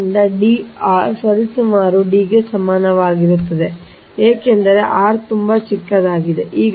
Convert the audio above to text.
ಆದ್ದರಿಂದ d r ಸರಿಸುಮಾರು D ಗೆ ಸಮಾನವಾಗಿರುತ್ತದೆ ಏಕೆಂದರೆ r ತುಂಬಾ ಚಿಕ್ಕದಾಗಿದೆ